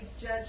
judge